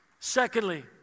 Secondly